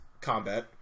combat